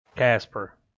Casper